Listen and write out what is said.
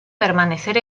permanecer